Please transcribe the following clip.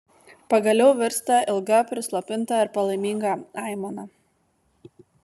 pagaliau virsta ilga prislopinta ir palaiminga aimana